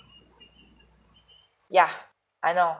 yeah I know